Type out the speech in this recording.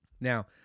Now